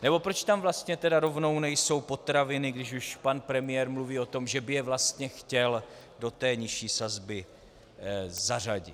Nebo proč tam vlastně rovnou nejsou potraviny, když už pan premiér mluví o tom, že by je vlastně chtěl do té nižší sazby zařadit?